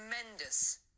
tremendous